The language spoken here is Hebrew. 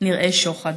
נראה שוחד.